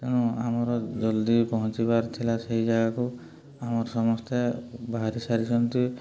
ତେଣୁ ଆମର ଜଲ୍ଦି ପହଞ୍ଚିବାର ଥିଲା ସେଇ ଜାଗାକୁ ଆମର ସମସ୍ତେ ବାହାରି ସାରିଛନ୍ତି